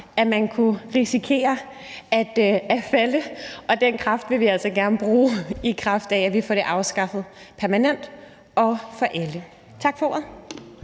nærmest kunne risikere at falde, og vi vil altså gerne bruge kræfterne på at få det afskaffet permanent og for alle. Tak for ordet.